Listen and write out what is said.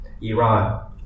Iran